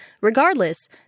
Regardless